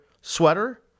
sweater